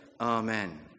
Amen